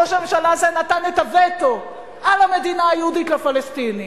ראש הממשלה הזה נתן את הווטו על המדינה היהודית לפלסטינים.